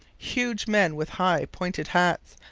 huge men with high-pointed hats,